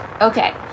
okay